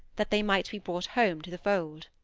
that they might be brought home to the fold.